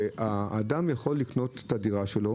האדם יכול לקנות את הדירה שלו,